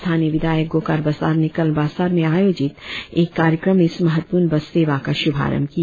स्थानीय विधायक गोकार बासार ने कल बासार में आयोजित एक कार्यक्रम में इस महत्वपूर्ण बस सेवा का श्रभारंभ किया